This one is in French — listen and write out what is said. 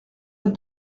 être